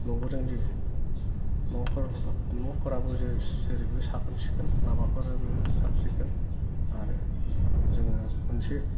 नुबोदोंदि न'फोराबो जेरैबो साखोन सिखोन लामाफोराबो साब सिखोन आरो जोङो मोनसे